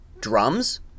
drums